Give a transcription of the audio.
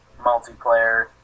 multiplayer